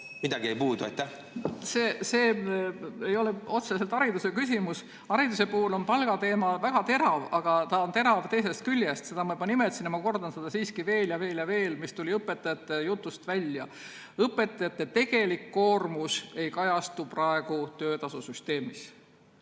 See ei ole otseselt hariduse küsimus. Hariduse puhul on palgateema väga terav, aga ta on terav teisest küljest. Seda ma juba nimetasin ja ma kordan seda siis veel ja veel ja veel. Õpetajate jutust tuli välja, et õpetajate tegelik koormus ei kajastu praegu töötasusüsteemis.